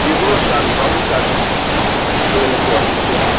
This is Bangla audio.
যে কোনো স্টাফই সব স্টাফই ঢুকতে গেলে একটু অসুবিধে হয়